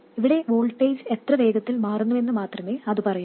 ഇവിടെ വോൾട്ടേജ് എത്ര വേഗത്തിൽ മാറുന്നുവെന്ന് മാത്രമേ അത് പറയൂ